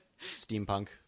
Steampunk